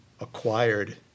acquired